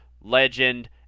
legend